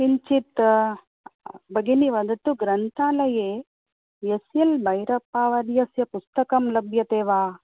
किञ्चित् भगिनी वदतु ग्रन्थालये यस् यल् बैरप्पावर्यस्य पुस्तकं लभ्यते वा